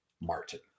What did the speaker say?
martin